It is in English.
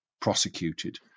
prosecuted